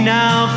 now